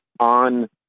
on